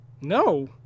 No